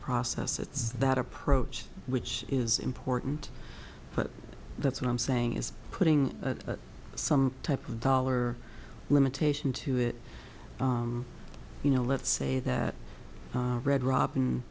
process it's that approach which is important but that's what i'm saying is putting some type of dollar limitation to it you know let's say that red rob